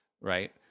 right